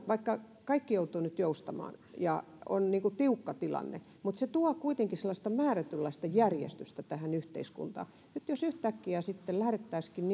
vaikka kaikki joutuvat nyt joustamaan ja on tiukka tilanne niin se tuo kuitenkin sellaista määrätynlaista järjestystä tähän yhteiskuntaan nyt jos yhtäkkiä sitten lähdettäisikin